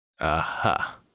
Aha